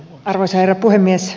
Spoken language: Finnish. arvoisa herra puhemies